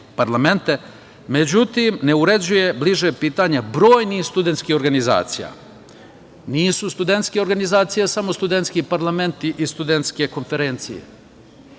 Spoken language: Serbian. međutim, ne uređuje bliže pitanje brojnih studentskih organizacija. Nisu studentske organizacije samo studentski parlamenti i studentske konferencije. Znam